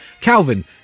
Calvin